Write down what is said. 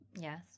Yes